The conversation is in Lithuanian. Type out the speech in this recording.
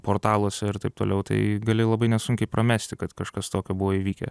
portaluose ir taip toliau tai gali labai nesunkiai pramesti kad kažkas tokio buvo įvykę